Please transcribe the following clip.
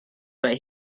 but